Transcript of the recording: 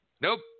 nope